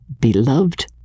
beloved